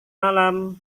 malam